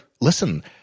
listen